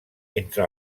entre